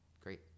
Great